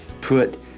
put